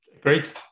great